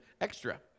Extra